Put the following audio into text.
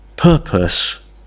Purpose